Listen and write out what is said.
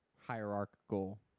hierarchical